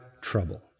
trouble